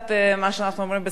מה שאנחנו אומרים בשפת האם,